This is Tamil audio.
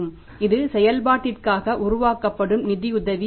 இது செயல்பாட்டிற்காக உருவாக்கப்படும் நிதியுதவி ஆகும்